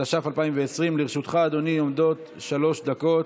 התש"ף 2020. לרשותך, אדוני, עומדות שלוש דקות.